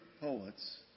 poets